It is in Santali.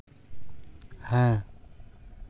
ᱦᱮᱸ